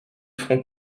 front